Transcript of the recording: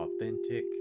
authentic